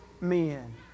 men